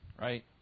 right